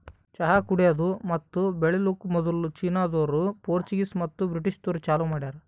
ಚಹಾ ಕುಡೆದು ಮತ್ತ ಬೆಳಿಲುಕ್ ಮದುಲ್ ಚೀನಾದೋರು, ಪೋರ್ಚುಗೀಸ್ ಮತ್ತ ಬ್ರಿಟಿಷದೂರು ಚಾಲೂ ಮಾಡ್ಯಾರ್